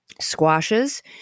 Squashes